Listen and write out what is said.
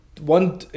one